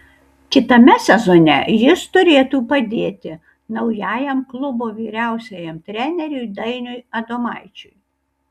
kitame sezone jis turėtų padėti naujajam klubo vyriausiajam treneriui dainiui adomaičiui